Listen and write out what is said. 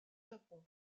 japon